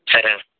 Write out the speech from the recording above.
సరే అండి